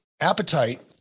appetite